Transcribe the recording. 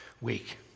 week